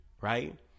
right